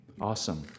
awesome